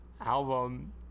album